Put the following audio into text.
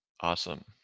Awesome